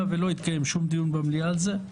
ולא התקיים שום דיון במליאה על זה.